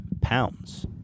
pounds